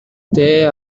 they